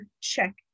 check